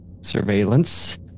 surveillance